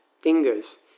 fingers